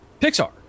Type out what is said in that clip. Pixar